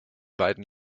beiden